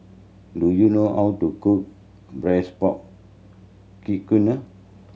do you know how to cook braised pork